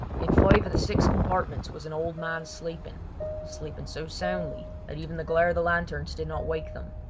in five of the six compartments was an old man sleeping sleeping so soundly that even the glare of the lanterns did not wake them.